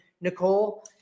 Nicole